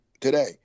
today